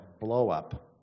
blow-up